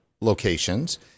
locations